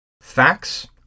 Facts